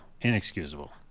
inexcusable